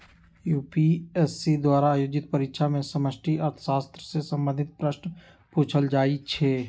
UPSC द्वारा आयोजित परीक्षा में समष्टि अर्थशास्त्र से संबंधित प्रश्न पूछल जाइ छै